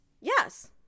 yes